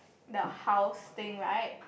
the house thing right